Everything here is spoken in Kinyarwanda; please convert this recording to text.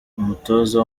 umutoza